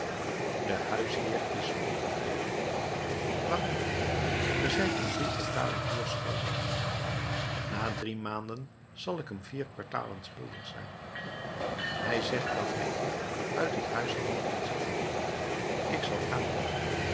de huisheer is ontevreden waarom ge zijt hem drie kwartalen huur schuldig na drie maanden zal ik hem vier kwartalen schuldig zijn hij zegt dat hij u uit het huis zal laten zetten ik zal gaan